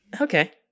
Okay